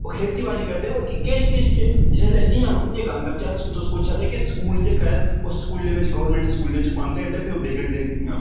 खेती बाड़ी करदे होर किश किश जिसलै जि'यां उं'दे गल्ल करचै अस तुस पुच्छा दे के स्कूल जेह्का ऐ उस स्कूलै बिच गौरमेंट स्कूलै च पांदे न ते फिर बिगड़दे कि'यां